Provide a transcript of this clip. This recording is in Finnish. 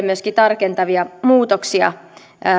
myöskin tarkentavia muutoksia